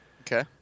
okay